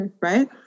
right